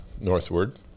northward